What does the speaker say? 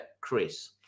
Chris